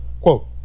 quote